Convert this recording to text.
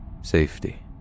safety